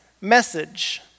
message